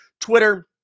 Twitter